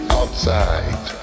outside